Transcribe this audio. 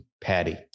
patty